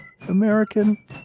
American